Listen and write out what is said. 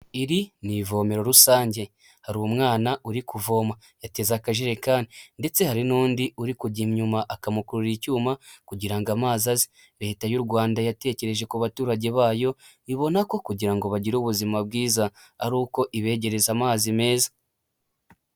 Iri ni ivomero rusange hari umwana uri kuvoma yateze akajerekani ndetse, hari n'undi uri kujya inyuma akamukurira icyuma kugira ngo amazi aze, leta y'u Rwanda yatekereje ku baturage bayo ibona ko kugira ngo bagire ubuzima bwiza ari uko ibegereza amazi meza.